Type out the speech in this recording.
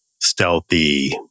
stealthy